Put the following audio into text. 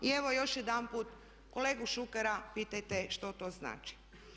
I evo još jedanput kolegu Šukera pitajte što to znači.